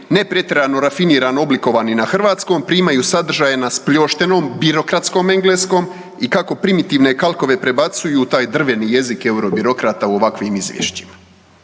ne pretjerano rafinirano oblikovani na hrvatskom primaju sadržaje na spljoštenom birokratskom engleskom i kako primitivne kalkove prebacuju u taj drveni jezik eurobirokrata u ovakvim izvješćima.